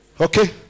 Okay